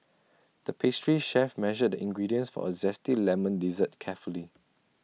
the pastry chef measured the ingredients for A Zesty Lemon Dessert carefully